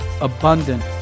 abundant